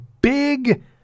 big